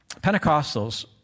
Pentecostals